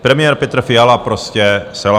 Premiér Petr Fiala prostě selhal.